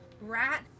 rat